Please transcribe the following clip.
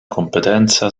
competenza